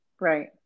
right